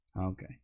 Okay